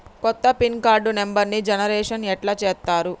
కొత్త pin card నెంబర్ని generation ఎట్లా చేత్తరు?